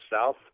south